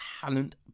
talent